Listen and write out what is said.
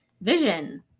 Vision